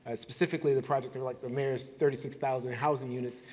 ah specifically the project like the mayor's thirty six thousand housing units,